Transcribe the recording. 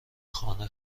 خانه